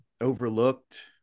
overlooked